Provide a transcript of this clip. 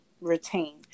retain